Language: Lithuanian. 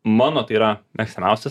mano tai yra mėgstamiausia